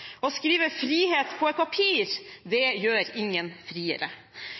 Å skrive «frihet» på et papir gjør ingen friere.